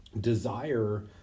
desire